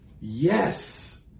Yes